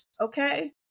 okay